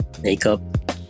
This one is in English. makeup